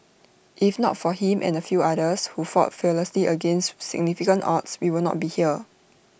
if not for him and few others who fought fearlessly against significant odds we will not be here